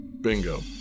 Bingo